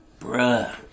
bruh